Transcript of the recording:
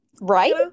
Right